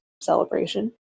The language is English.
celebration